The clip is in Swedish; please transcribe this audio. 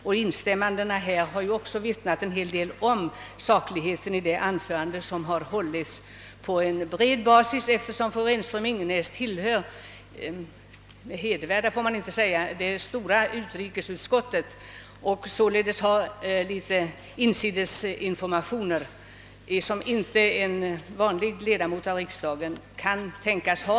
De instämmanden fru Renström-Ingenäs fick efter sitt anförande vittnar också om stor saklighet i hennes anförande. Fru Renström-Ingenäs är ju ledamot av det stora utrikesutskottet och har därför tillgång till insides informationer, som en annan ledamot av riksdagen knappast kan tänkas ha.